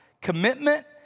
commitment